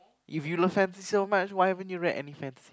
if you love fantasy so much why haven't you read and fans